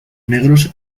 negros